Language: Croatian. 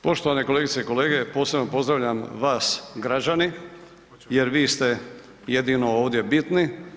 Poštovane kolegice i kolege, posebno pozdravljam vas građani jer vi ste jedino ovdje bitni.